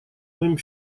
моим